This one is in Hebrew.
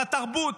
לתרבות,